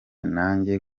nanjye